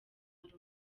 maroc